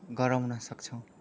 गराउन सक्छौँ